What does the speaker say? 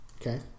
Okay